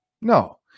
No